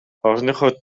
орныхоо